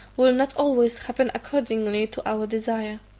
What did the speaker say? will not always happen according to our desire.